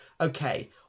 okay